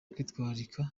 kwitwararika